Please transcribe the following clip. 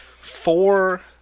four